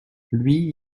lui